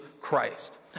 Christ